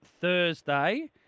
Thursday